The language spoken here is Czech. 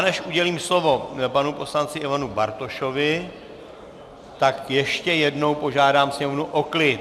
Než udělím slovo panu poslanci Ivanu Bartošovi, tak ještě jednou požádám sněmovnu o klid!